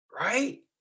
right